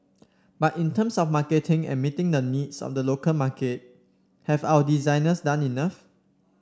but in terms of marketing and meeting the needs of the local market have our designers done enough